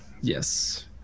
Yes